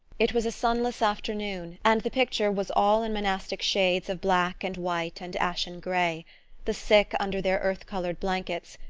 it was a sunless afternoon, and the picture was all in monastic shades of black and white and ashen grey the sick under their earth-coloured blankets,